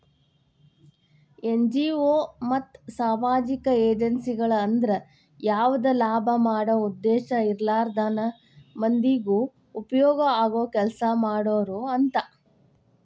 NGO ಮತ್ತ ಸಾಮಾಜಿಕ ಏಜೆನ್ಸಿಗಳು ಅಂದ್ರ ಯಾವದ ಲಾಭ ಮಾಡೋ ಉದ್ದೇಶ ಇರ್ಲಾರ್ದನ ಮಂದಿಗೆ ಉಪಯೋಗ ಆಗೋ ಕೆಲಸಾ ಮಾಡೋರು ಅಂತ